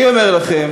אני אומר לכם